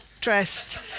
dressed